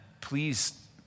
please